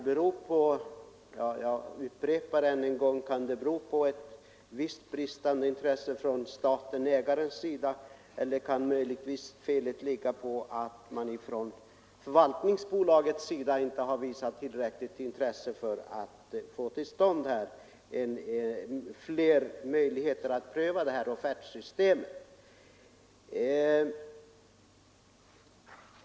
Jag upprepar än en gång: Kan det bero på ett visst bristande intresse från statens-ägarens sida, eller kan möjligtvis felet ligga i att förvaltningsbolaget inte har visat tillräckligt intresse för att få till stånd fler möjligheter att pröva offertsystemet?